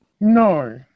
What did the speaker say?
No